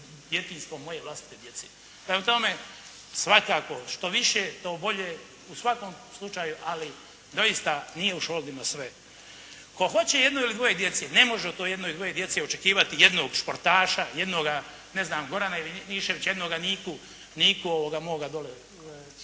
djetinjstva moje vlastite djece. Prema tome, svakako što više, to bolje u svakom slučaju, ali doista, nije u šoldima sve. Tko hoće jedno ili dvoje djece, ne može od to jedno i dvoje djece očekivati jednog športaša, jednoga Gorana Ivaniševića, jednoga Niku, Niku ovoga moga dole,